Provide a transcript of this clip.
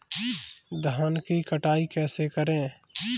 धान की कटाई कैसे करें?